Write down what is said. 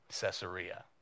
Caesarea